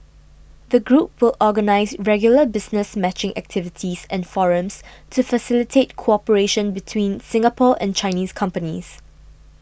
the group will organise regular business matching activities and forums to facilitate cooperation between Singapore and Chinese companies